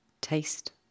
Taste